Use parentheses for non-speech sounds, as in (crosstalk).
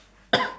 (coughs)